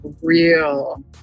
real